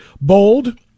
bold